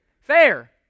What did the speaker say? fair